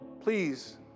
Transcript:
Please